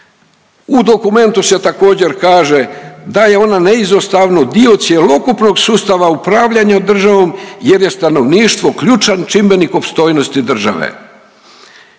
U dokumentu se također kaže da je ona neizostavno dio cjelokupnog sustava upravljanja državom jer je stanovništvo ključan čimbenik opstojnosti državi.